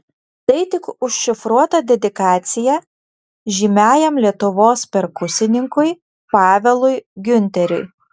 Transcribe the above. tai tik užšifruota dedikacija žymiajam lietuvos perkusininkui pavelui giunteriui